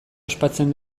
ospatzen